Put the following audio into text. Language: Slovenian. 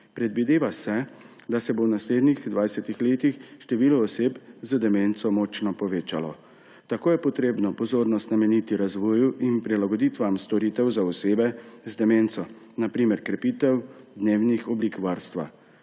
Predvideva se, da se bo v naslednjih 20 letih število oseb z demenco močno povečalo. Tako je treba pozornost nameniti razvoju in prilagoditvam storitev za osebe z demenco, na primer krepitev dnevnih oblik varstva